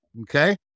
Okay